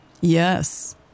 Yes